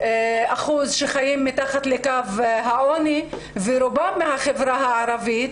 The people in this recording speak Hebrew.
שחיים מתחת לקו העוני ורובם מן החברה הערבית,